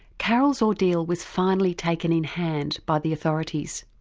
carol's ordeal was finally taken in hand by the authorities.